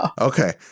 Okay